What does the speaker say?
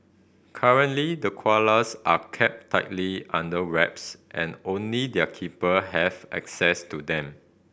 currently the koalas are kept tightly under wraps and only their keeper have access to them